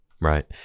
Right